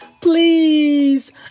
Please